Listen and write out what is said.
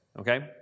okay